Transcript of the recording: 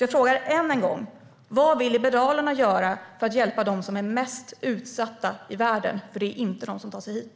Jag frågar än en gång: Vad vill Liberalerna göra för att hjälpa dem som är mest utsatta i världen? Det är nämligen inte de som tar sig hit.